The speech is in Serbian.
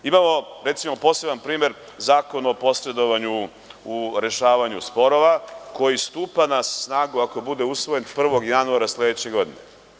Imamo poseban primer Zakon o posredovanju u rešavanju sporova koji stupa na snagu, ako bude usvojen, 1. januara sledeće godine.